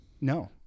no